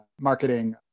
marketing